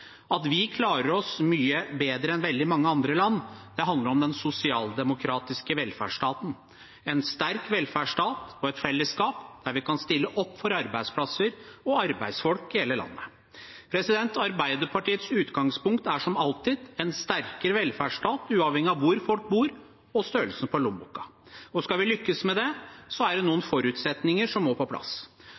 At vi klarer oss mye bedre enn veldig mange andre land, handler om den sosialdemokratiske velferdsstaten, en sterk velferdsstat og et fellesskap der vi kan stille opp for arbeidsplasser og arbeidsfolk i hele landet. Arbeiderpartiets utgangspunkt er, som alltid, en sterkere velferdsstat uavhengig av hvor folk bor, og størrelsen på lommeboka. Skal vi lykkes med det, er det noen forutsetninger som må på plass.